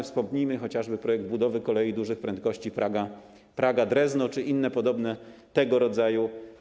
Wspomnijmy chociażby projekt budowy kolei dużych prędkości Praga - Drezno, czy inne programy tego rodzaju.